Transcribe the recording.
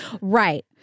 Right